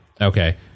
Okay